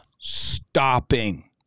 stopping